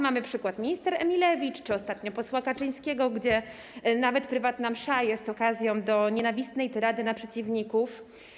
Mamy przykład minister Emilewicz czy ostatnio posła Kaczyńskiego, że nawet prywatna msza jest okazją do nienawistnej tyrady w odniesieniu do przeciwników.